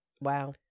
Wow